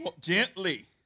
gently